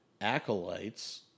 Acolytes